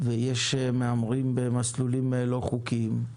ויש מהמרים במסלולים לא חוקיים.